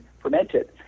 fermented